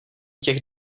těch